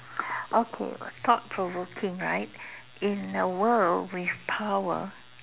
okay thought provoking right in a world with power